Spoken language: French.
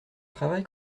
travail